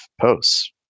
posts